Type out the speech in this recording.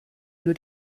nur